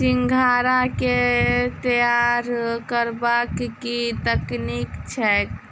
सिंघाड़ा केँ तैयार करबाक की तकनीक छैक?